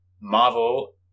Marvel